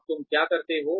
अब तुम क्या करते हो